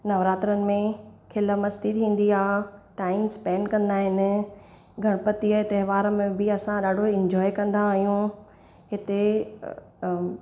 नवरात्रनि में खिल मस्ती थींदी आहे टाइम स्पेंड कंदा आहिनि गणपतिअ जे त्योहार में बि असां इंजॉय कंदा आहियूं हिते अ